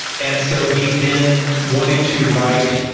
and so he then wanted to write,